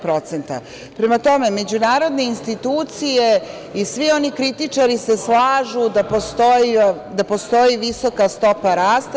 Prema tome, međunarodne institucije i svi oni kritičari se slažu da postoji visoka stopa rasta.